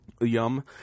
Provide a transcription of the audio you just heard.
Yum